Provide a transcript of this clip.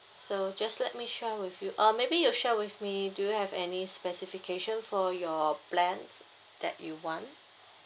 so just let me share with you uh maybe you share with me do you have any specification for your plan that you want